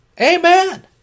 Amen